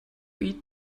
eat